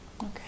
okay